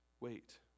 Wait